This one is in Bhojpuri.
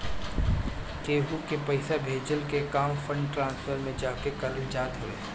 केहू के पईसा भेजला के काम फंड ट्रांसफर में जाके करल जात हवे